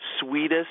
sweetest